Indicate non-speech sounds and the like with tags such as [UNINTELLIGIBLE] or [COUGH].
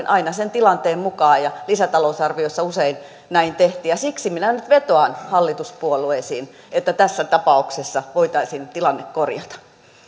[UNINTELLIGIBLE] aina sen tilanteen mukaan ja lisätalousarviossa usein näin tehtiin siksi minä nyt vetoan hallituspuolueisiin että tässä tapauksessa voitaisiin tilanne korjata